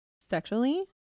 sexually